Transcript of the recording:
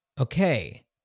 Okay